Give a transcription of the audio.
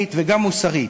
שוויונית וגם מוסרית.